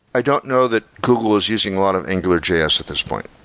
i don't know that google is using a lot of angular js at this point.